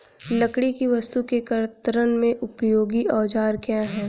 लकड़ी की वस्तु के कर्तन में उपयोगी औजार क्या हैं?